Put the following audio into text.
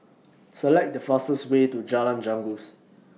Select The fastest Way to Jalan Janggus